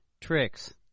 Tricks